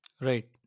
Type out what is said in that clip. Right